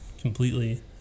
completely